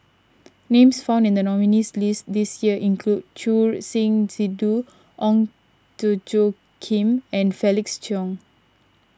names found in the nominees' list this year include Choor Singh Sidhu Ong Tjoe Kim and Felix Cheong